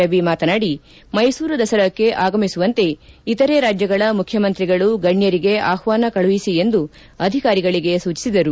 ರವಿ ಮಾತನಾಡಿ ಮೈಸೂರು ದಸರಾಕ್ಕೆ ಆಗಮಿಸುವಂತೆ ಇತರೆ ರಾಜ್ಯಗಳ ಮುಖ್ಯಮಂತ್ರಿಗಳು ಗಣ್ಯರಿಗೆ ಆಹ್ವಾನ ಕಳುಹಿಸಿ ಎಂದು ಅಧಿಕಾರಿಗಳಿಗೆ ಸೂಚಿಸಿದರು